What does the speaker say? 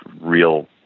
real